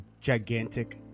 gigantic